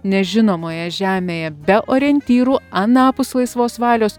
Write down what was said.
nežinomoje žemėje be orientyrų anapus laisvos valios